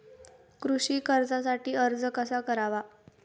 कृषी कर्जासाठी अर्ज कसा करावा?